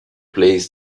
place